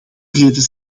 reden